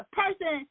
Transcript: person